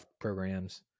programs